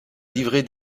livrée